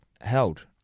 Held